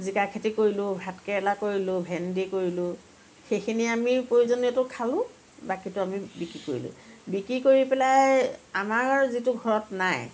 জিকা খেতি কৰিলোঁ ভাত কেৰেলা কৰিলোঁ ভেন্দি কৰিলোঁ সেইখিনি আমি প্ৰয়োজনীয়টো খালোঁ বাকীতো আমি বিক্ৰী কৰিলোঁ বিক্ৰী কৰি পেলাই আমাৰ যিটো ঘৰত নাই